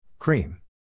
Cream